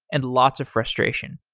and lots of frustration.